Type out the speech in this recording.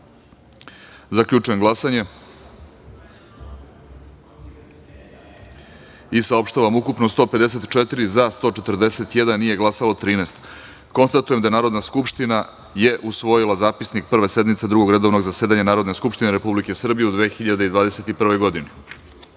taster. Zaključujem glasanje i saopštavam: ukupno – 154, za – 141, nije glasalo – 13.Konstatujem da je Narodna skupština usvojila Zapisnik Prve sednice Drugog redovnog zasedanja Narodne skupštine Republike Srbije u 2021. godini.U